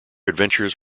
adventures